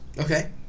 Okay